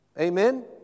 Amen